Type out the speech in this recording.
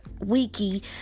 wiki